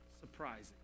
surprising